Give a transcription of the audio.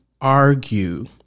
argue